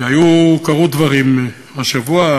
כי קרו דברים השבוע.